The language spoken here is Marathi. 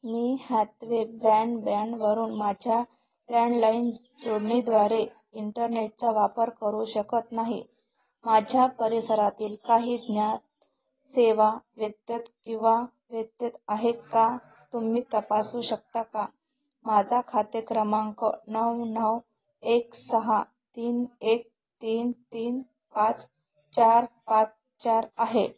मी हॅथवे ब्रँडबँडवरून माझ्या लँडलाईन जोडणीद्वारे इंटरनेटचा वापर करू शकत नाही माझ्या परिसरातील काही ज्ञात सेवा व्यत्यय किंवा व्यत्यय आहे का तुम्ही तपासू शकता का माझा खाते क्रमांक नऊ नऊ एक सहा तीन एक तीन तीन पाच चार पाच चार आहे